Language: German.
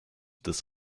des